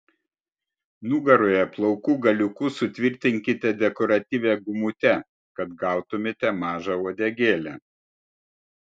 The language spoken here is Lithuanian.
nugaroje plaukų galiukus sutvirtinkite dekoratyvia gumute kad gautumėte mažą uodegėlę